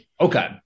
okay